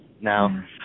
Now